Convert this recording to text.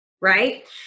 right